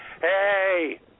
Hey